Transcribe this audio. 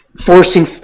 forcing